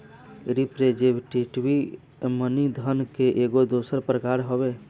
representative money धन के एगो दोसर प्रकार हवे